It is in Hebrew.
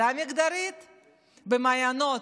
הפרדה מגדרית במעיינות,